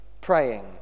praying